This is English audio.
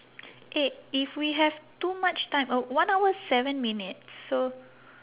eh if we have too much time uh one hour seven minutes so